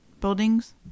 buildings